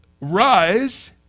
rise